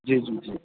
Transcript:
ਜੀ ਜੀ ਜੀ